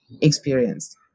experienced